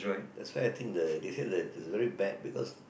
that's why I think the they said that it's very bad because